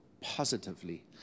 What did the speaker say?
positively